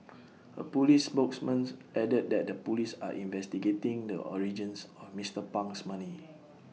A Police spokesman added that the Police are investigating the origins of Mister Pang's money